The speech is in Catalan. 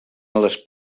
les